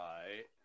Right